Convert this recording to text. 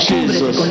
Jesus